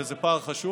וזה פער חשוב,